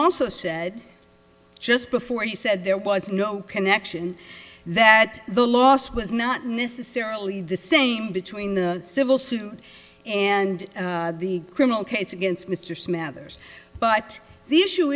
also said just before he said there was no connection that the loss was not necessarily the same between the civil suit and the criminal case against mr smathers but the issue